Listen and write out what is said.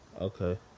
Okay